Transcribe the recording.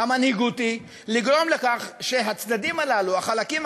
המנהיגותי לגרום לכך, שהצדדים הללו, החלקים